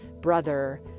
brother